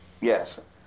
Yes